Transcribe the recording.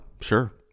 sure